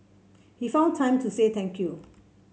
he found time to say thank you